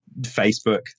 Facebook